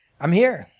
i'm here.